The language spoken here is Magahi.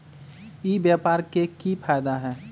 ई व्यापार के की की फायदा है?